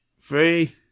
three